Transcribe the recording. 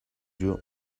you